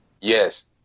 Yes